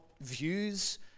views